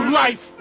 life